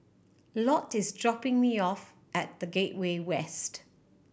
Lott is dropping me off at The Gateway West